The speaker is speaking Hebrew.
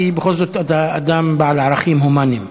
כי בכל זאת אתה אדם בעל ערכים הומניים.